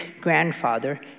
grandfather